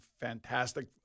fantastic